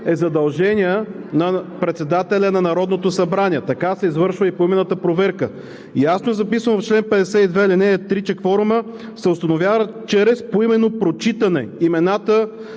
е задължение на председателя на Народното събрание. Така се извършва и поименната проверка. Ясно е записано в чл. 52, ал. 3, че „кворумът се установява чрез поименно прочитане имената